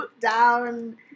down